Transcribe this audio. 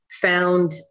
found